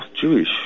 Jewish